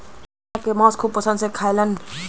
मेमना के मांस खूब पसंद से खाएलन